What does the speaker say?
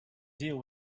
deal